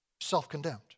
self-condemned